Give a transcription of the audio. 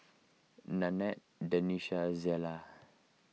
Nanette Denisha Zella